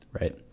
right